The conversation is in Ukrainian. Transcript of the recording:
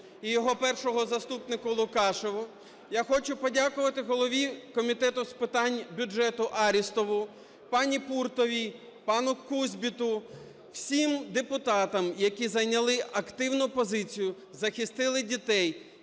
і його першому заступнику Лукашеву. Я хочу подякувати голові Комітету з питань бюджету Арістову, пані Пуртовій, пану Кузбиту, всім депутатам, які зайняли активну позицію, захистили дітей.